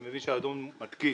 אני מבין שהאדון מתקין.